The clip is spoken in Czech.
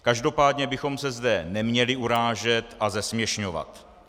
Každopádně bychom se zde neměli urážet a zesměšňovat.